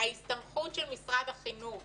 ההסתמכות של משרד החינוך